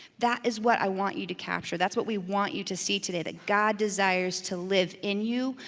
that is what i want you to capture. that's what we want you to see today, that god desires to live in you,